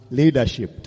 leadership